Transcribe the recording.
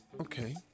Okay